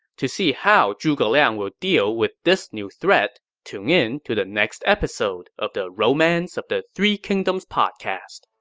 to see how zhuge liang will deal with this new threat, tune in to the next episode of the romance of the three kingdoms podcast.